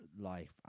life